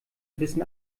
wissen